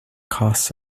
costs